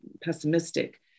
pessimistic